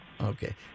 Okay